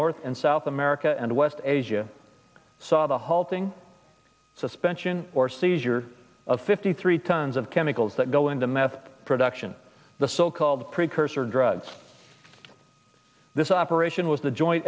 north and south america and west asia saw the halting suspension or seizure of fifty three tons of chemicals that go into meth production the so called precursor drugs this operation was a joint